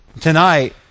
tonight